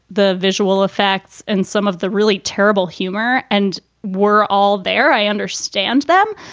the visual effects and some of the really terrible humor and were all there. i understand them.